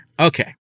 Okay